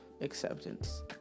acceptance